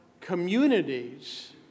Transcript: communities